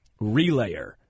relayer